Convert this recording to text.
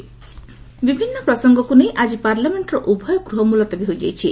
parliament adjourn ବିଭିନ୍ନ ପ୍ରସଙ୍ଗକୁ ନେଇ ଆଜି ପାର୍ଲାମେଣ୍ଟର ଉଭୟ ଗୃହ ମୁଲତବି ହୋଇଯାଇଚି